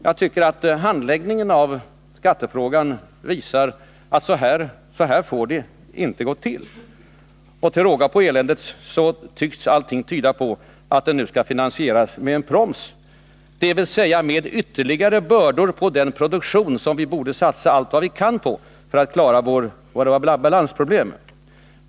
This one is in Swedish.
Jag tycker att handläggningen av skattefrågan visar att så här får det inte gå till. Till råga på eländet tycks nu allt tyda på att det hela skall finansieras med en proms, dvs. med ytterligare bördor på den produktion som vi borde satsa allt vad vi kan på för att klara våra balansproblem.